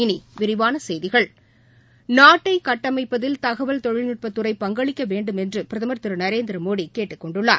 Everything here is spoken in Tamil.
இனி விரிவான செய்திகள் நாட்டைக் கட்டமைப்பதில் தகவல் தொழில்நட்பத் துறை பங்களிக்க வேண்டுமென்று பிரதமா் திரு நரேந்திர மோடி கேட்டுக்கொண்டுள்ளார்